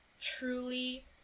truly